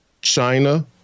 China